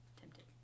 tempted